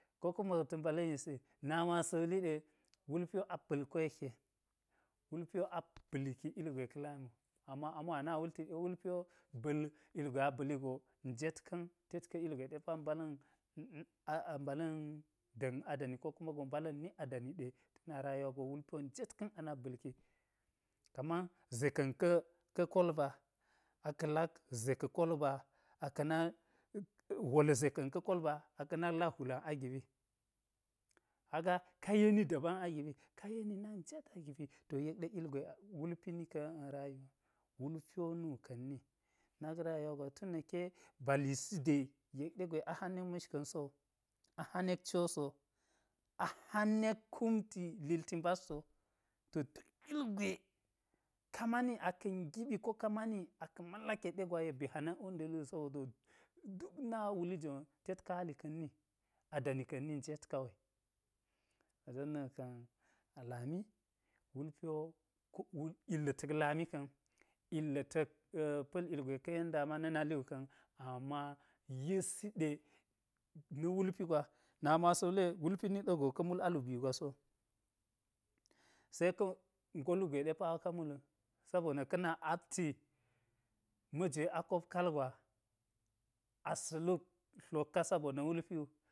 Ko kuma go ta mbala̱n yisi nami asa̱ wuli ɗe, wulp wo a ba̱l ko yekke, wulpi wo aba̱lki ugwe ka̱ lami wu, ama amo ana wul te ɗe wulpi wo ba̱l ugwe a ba̱li go njet ka̱n tet ka ugwe ɗe pa mbala̱n a̱-a̱ mbala̱n da̱n adani ko kuma gwe mbala̱n ni adani ɗe, ta na rayuwa go, wulpi wo njet ka̱n anak ba̱lki, kaman ze ka̱n ka̱ ka̱ kolba, aka̱ lak ze ka̱ kolba aka̱ nak hwol ze ka̱n ka̱ kolba aka̱ nak lak hwulan agibi kaga ka yeni dabam agiɓi, ka yeni nak njet agiɓi, to yek ɗe ugwe wulpi ni ka̱ a-a rayuwawu, wulpi wo nu ka̱nni nak rayuwa gwa tun na̱kke balisi de yek ɗe gwe ahanek ma̱shka̱n sowu, ahanek cwoso, ahanek kumti lilti mbadl so, to duk ugwe ka mani aka̱ giɓi ko ka mani aka̱ mallake ɗe gwa, yek ba hanek wunda̱li wu sowu to duk na wuli jon wo tek kaali ka̱nni, adani ka̱nni njet kawei, don nu ka̱n alami wulpi wo illa̱ ta̱k lami ka̱n, illa̱ ta̱k pa̱l ugwe ka yen dama na̱ nali wu ka̱n, ama yisi ɗe na̱ wulpi gwa, nami wo asa wule wulpi nik ɗa go ka̱ mul alubii gwa so, se ka̱ ngo lugwe ɗe pawo ka mal wu, sabona̱ ka̱ apti majeve a kop kaal gwa, asa̱ luk tlok ka sabona̱ wulpiwu.